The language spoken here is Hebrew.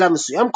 בשלב מסוים,